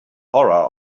horror